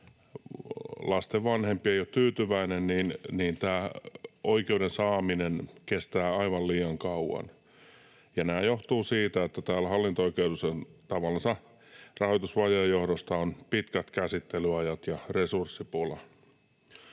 lasten vanhempi tyytyväinen, niin tämä oikeuden saaminen kestää aivan liian kauan. Tämä johtuu siitä, että täällä hallinto-oikeudessa on tavallansa rahoitusvajeen johdosta pitkät käsittelyajat ja resurssipula.